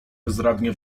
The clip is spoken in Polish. bezradnie